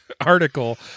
article